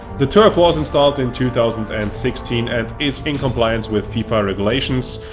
the turf was installed in two thousand and sixteen and is in compliance with fifa regulations,